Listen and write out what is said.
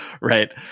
Right